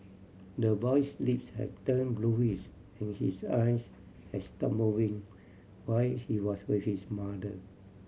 the boy's lips had turn bluish and his eyes has stop moving while he was with his mother